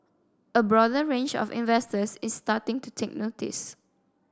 a broader range of investors is starting to take notice